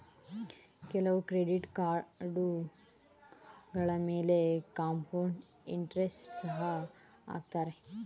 ಕೆಲವು ಕ್ರೆಡಿಟ್ ಕಾರ್ಡುಗಳ ಮೇಲೆ ಕಾಂಪೌಂಡ್ ಇಂಟರೆಸ್ಟ್ ಸಹ ಹಾಕತ್ತರೆ